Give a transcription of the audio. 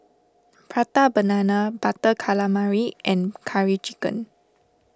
Prata Banana Butter Calamari and Curry Chicken